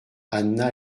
anna